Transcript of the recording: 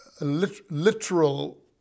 literal